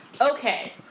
Okay